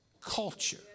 culture